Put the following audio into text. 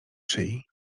szyi